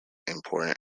import